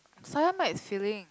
soya might filling